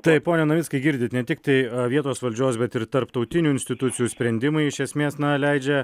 taip pone navickai girdit ne tiktai vietos valdžios bet ir tarptautinių institucijų sprendimai iš esmės na leidžia